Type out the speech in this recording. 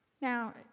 Now